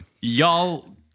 Y'all